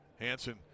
Hanson